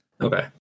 Okay